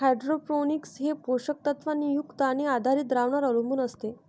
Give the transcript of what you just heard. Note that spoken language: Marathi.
हायड्रोपोनिक्स हे पोषक तत्वांनी युक्त पाणी आधारित द्रावणांवर अवलंबून असते